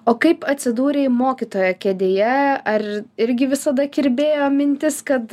o kaip atsidūrei mokytojo kėdėje ar irgi visada kirbėjo mintis kad